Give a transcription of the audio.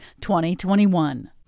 2021